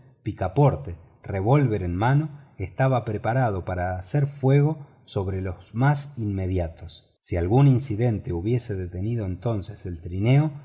picaporte revólver en mano estaba preparado para hacer fuego sobre los más inmediatos si algún incidente hubiese detenido entonces el trineo